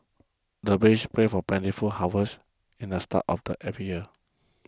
the villagers pray for plentiful harvest at the start of every year